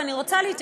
ואני רוצה להתייחס,